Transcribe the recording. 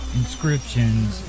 inscriptions